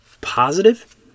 Positive